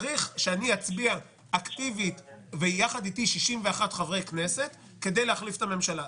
צריך שאני אצביע אקטיבית ויחד איתי 61 חברי כנסת כדי להחליף את הממשלה.